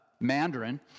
Mandarin